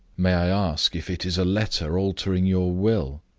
may i ask if it is a letter altering your will?